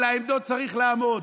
על העמדות צריך לעמוד.